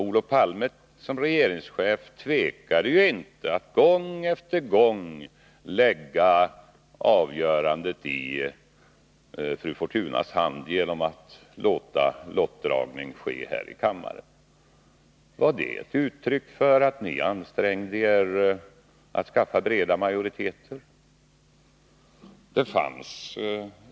Olof Palme som regeringschef Nr 92 tvekade inte att gång efter gång lägga avgörandet i fru Fortunas hand genom att låta lottdragning ske här i kammaren. Var det ett uttryck för att ni ansträngde er att skaffa breda majoriteter?